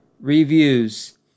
Reviews